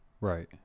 Right